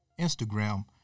Instagram